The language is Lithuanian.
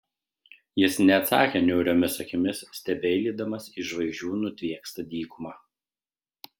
jis neatsakė niauriomis akimis stebeilydamas į žvaigždžių nutviekstą dykumą